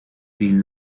green